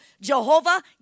Jehovah